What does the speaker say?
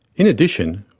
in addition,